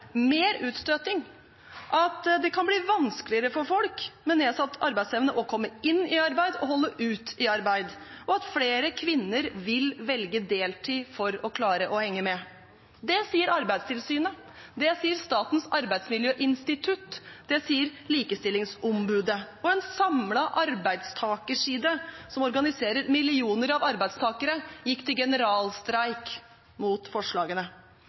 mer utstøting, at det kan bli vanskeligere for folk med nedsatt arbeidsevne å komme inn i arbeid og å holde ut i arbeid, og at flere kvinner vil velge deltid for å klare å henge med. Det sier Arbeidstilsynet, det sier Statens arbeidsmiljøinstitutt, det sier Likestillings- og diskrimineringsombudet. Og en samlet arbeidstakerside, som organiserer millioner av arbeidstakere, gikk til generalstreik mot forslagene.